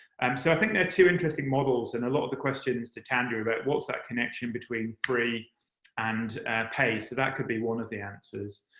um so i think they're two interesting models. and a lot of the questions to tandi about, what's that connection between free and pay? that could be one of the answers.